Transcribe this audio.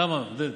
כמה, עודד?